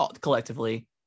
collectively